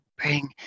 bring